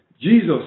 Jesus